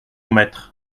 maître